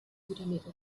südamerika